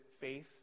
faith